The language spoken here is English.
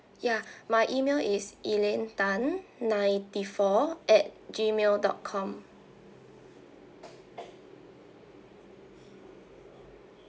ya my email is elaine tan ninety four at gmail dot com